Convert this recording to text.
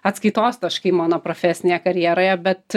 atskaitos taškai mano profesinėje karjeroje bet